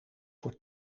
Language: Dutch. voor